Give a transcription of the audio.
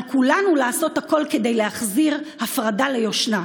על כולנו לעשות הכול כדי להחזיר הפרדה ליושנה.